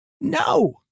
no